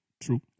True